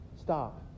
Stop